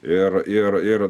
ir ir ir